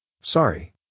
Sorry